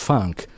Funk